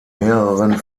mehreren